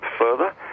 further